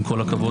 עם כל הכבוד,